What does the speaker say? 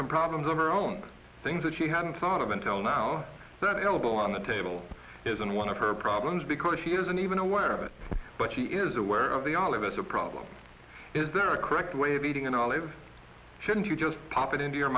some problems of her own things that she hadn't thought of until now that elbel on the table isn't one of her problems because she isn't even aware of it but she is aware of the olive is a problem is there a correct way of eating an olive should you just pop it into your